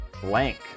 Blank